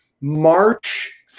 March